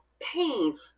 pain